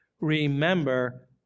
Remember